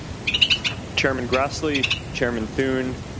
chairman grassley, chairman thune,